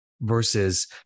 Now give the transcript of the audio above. versus